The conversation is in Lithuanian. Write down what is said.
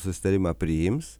susitarimą priims